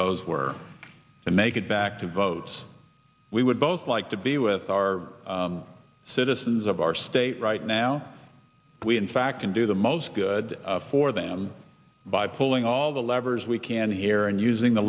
those were to make it back to boats we would both like to be with our citizens of our state right now we in fact can do the most good for them by pulling all the levers we can here and using the